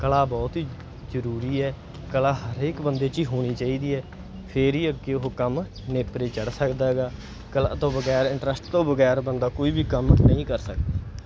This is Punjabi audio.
ਕਲਾ ਬਹੁਤ ਹੀ ਜ਼ਰੂਰੀ ਹੈ ਕਲਾ ਹਰੇਕ ਬੰਦੇ 'ਚ ਹੀ ਹੋਣੀ ਚਾਹੀਦੀ ਹੈ ਫੇਰ ਹੀ ਅੱਗੇ ਉਹ ਕੰਮ ਨੇਪਰੇ ਚੜ੍ਹ ਸਕਦਾ ਹੈਗਾ ਕਲਾ ਤੋਂ ਬਗੈਰ ਇੰਟਰਸਟ ਤੋਂ ਬਗੈਰ ਬੰਦਾ ਕੋਈ ਵੀ ਕੰਮ ਨਹੀਂ ਕਰ ਸਕਦਾ